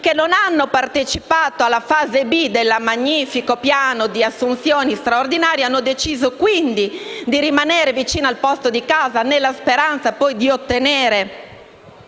che non hanno partecipato alla fase B del magnifico piano di assunzioni straordinarie e hanno deciso di rimanere a casa loro, nella speranza poi di ottenere